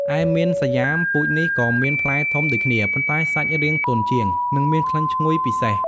ឯមៀនសាយ៉ាម ពូជនេះក៏មានផ្លែធំដូចគ្នា ប៉ុន្តែសាច់រាងទន់ជាង និងមានក្លិនឈ្ងុយពិសេស។